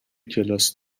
کلاس